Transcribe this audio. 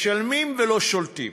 משלמים ולא שולטים.